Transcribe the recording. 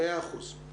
מאה אחוז.